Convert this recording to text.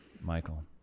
Michael